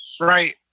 Right